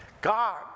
God